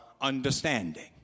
understanding